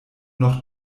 noch